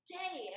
day